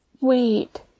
wait